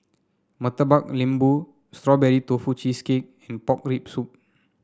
Murtabak Lembu Strawberry Tofu Cheesecake and Pork Rib Soup